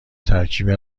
ترکیبی